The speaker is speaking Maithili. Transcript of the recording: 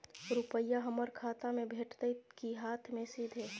रुपिया हमर खाता में भेटतै कि हाँथ मे सीधे?